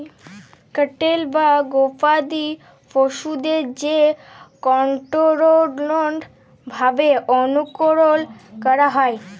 cattle বা গবাদি পশুদের যে কনটোরোলড ভাবে অনুকরল ক্যরা হয়